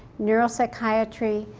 neuro psychiatry,